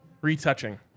retouching